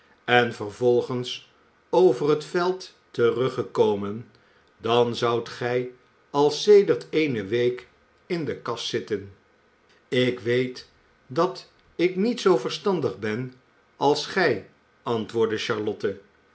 en vervolgens over het veld teruggekomen dan zoudt gij al sedert eene week in de kast zitten ik weet dat ik niet zoo verstandig ben als gij antwoordde charlotte